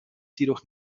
jedoch